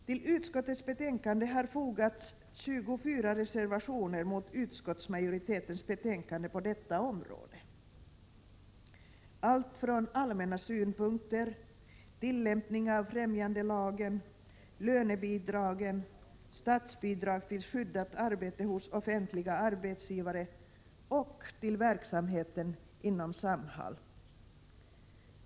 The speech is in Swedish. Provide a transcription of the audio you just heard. Till utskottets betänkande har fogats 24 reservationer mot utskottsmajoritetens förslag på detta område. Reservationerna gäller allmänna synpunkter, tillämpning av främjandelagen, lönebidragen, statsbidrag till skyddat arbete hos offentliga arbetsgivare och verksamheten inom Samhall.